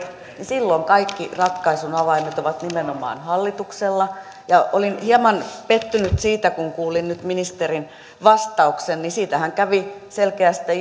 silloin kaikki ratkaisun avaimet ovat nimenomaan hallituksella ja olin hieman pettynyt siitä kun kuulin nyt ministerin vastauksen siitähän kävi selkeästi